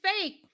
fake